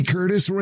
Curtis